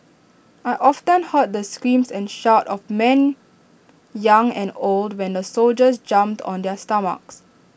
I often heard the screams and shouts of men young and old when the soldiers jumped on their stomachs